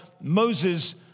Moses